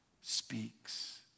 speaks